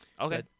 Okay